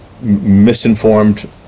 misinformed